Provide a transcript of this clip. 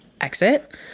exit